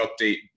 update